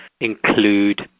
include